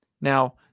Now